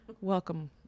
Welcome